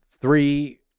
three